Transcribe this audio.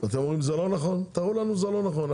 אתם אומרים שזה לא נכון, תראו לנו שזה לא נכון.